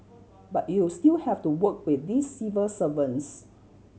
but you still have to work with these civil servants